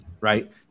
right